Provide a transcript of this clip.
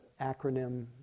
acronym